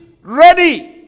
ready